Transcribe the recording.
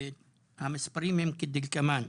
המספרים הם כדלקמן,